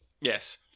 Yes